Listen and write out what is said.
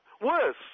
Worse